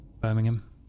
Birmingham